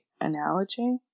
analogy